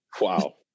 Wow